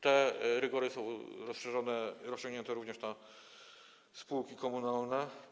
Te rygory są rozszerzone, rozciągnięte również na spółki komunalne.